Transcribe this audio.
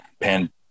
pan